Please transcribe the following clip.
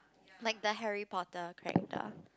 like the Harry Potter character